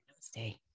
Stay